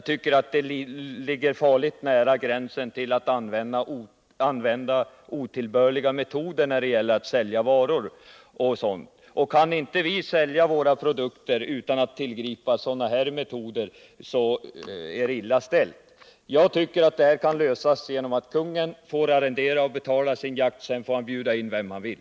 Det ligger farligt nära gränsen när det gäller otillbörliga metoder för att sälja varor. Kan inte vi sälja våra produkter utan att tillgripa sådana här metoder är det illa ställt. Jag anser att problemet kan lösas genom att kungen får arrendera och betala sin jakt. Sedan får han bjuda in vem han vill.